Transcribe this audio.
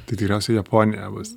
tikriausiai japonija bus